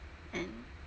and